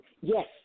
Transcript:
Yes